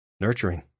nurturing